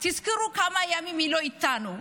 תזכרו כמה ימים היא לא איתנו.